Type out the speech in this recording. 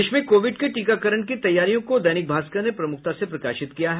देश में कोविड के टीकाकरण की तैयारियों को दैनिक भास्कर ने प्रमुखता से प्रकाशित किया है